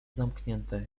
zamknięte